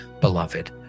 beloved